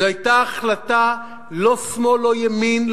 זו היתה החלטה לא שמאל לא ימין,